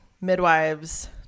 midwives